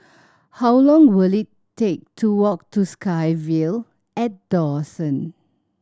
how long will it take to walk to SkyVille at Dawson